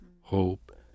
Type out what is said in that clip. hope